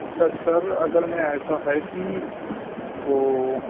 اچھا سر اصل میں ایسا ہے کہ وہ